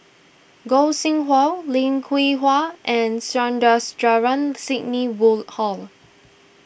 Gog Sing Hooi Lim Hwee Hua and Sandrasegaran Sidney Woodhull